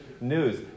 news